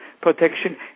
protection